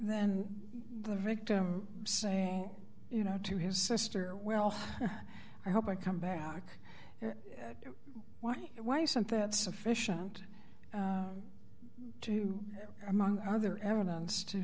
then the victim saying you know to his sister well i hope i come back why why something that sufficient to among other evidence to